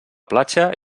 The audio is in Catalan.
platja